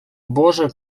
боже